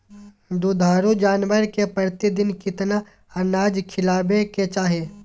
दुधारू जानवर के प्रतिदिन कितना अनाज खिलावे के चाही?